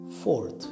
Fourth